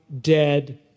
dead